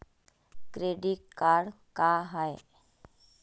Credit card का हाय?